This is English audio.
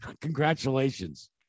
congratulations